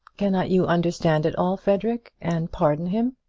cannot you understand it all, frederic, and pardon him?